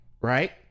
Right